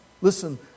listen